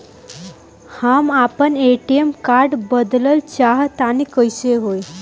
हम आपन ATM card बदलल चाह तनि कइसे होई?